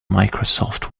microsoft